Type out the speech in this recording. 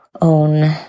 own